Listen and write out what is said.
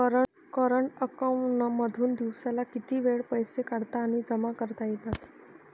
current account मधून दिवसात कितीही वेळ पैसे काढता आणि जमा करता येतात